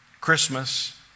Christmas